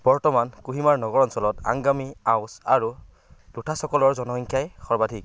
বৰ্তমান ক'হিমাৰ নগৰ অঞ্চলত আংগামি আওচ আৰু লোথাচসকলৰ জনসংখ্যাই সৰ্বাধিক